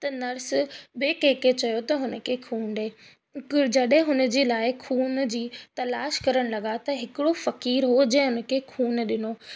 त नर्स ॿिए कंहिंखे चयो त हुन खे ख़ून ॾिए जॾहिं हुन जी लाइ ख़ून जी तलाश करण लॻा त हिकिड़ो फ़क़ीरु हुओ जो जंहिं हुन खे ख़ून ॾिनो